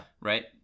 right